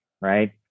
right